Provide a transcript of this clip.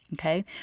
okay